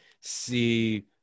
see